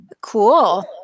Cool